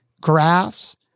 graphs